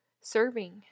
Serving